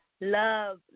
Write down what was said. Love